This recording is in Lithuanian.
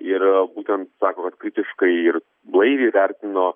ir būtent sako vat kritiškai ir blaiviai vertino